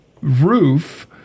roof